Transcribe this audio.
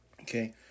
Okay